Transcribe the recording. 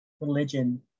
religion